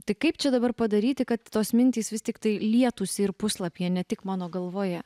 tai kaip čia dabar padaryti kad tos mintys vis tiktai lietųsi ir puslapyje ne tik mano galvoje